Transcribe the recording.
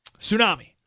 tsunami